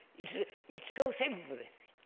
it it shows everything,